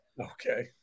Okay